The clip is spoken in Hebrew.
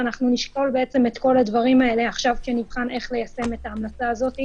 אנחנו נשקול את כל הדברים האלה כשנבחן איך ליישם את ההמלצה הזאת,